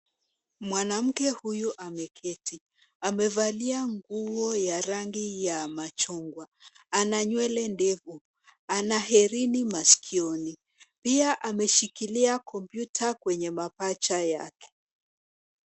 Mwanamke huyu ameketi. Amevalia nguo ya rangi ya machungwa, ana nywele ndefu, ana herini masikioni, pia ameshikilia kompyuta kwenye mapaja yake.